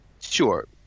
Sure